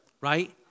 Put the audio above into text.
right